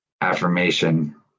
affirmation